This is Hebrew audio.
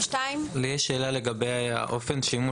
לגבי אופן השימוש